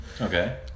okay